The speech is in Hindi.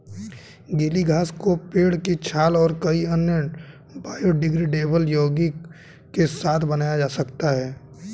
गीली घास को पेड़ की छाल और कई अन्य बायोडिग्रेडेबल यौगिक के साथ बनाया जा सकता है